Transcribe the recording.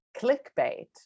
clickbait